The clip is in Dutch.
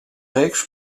reeks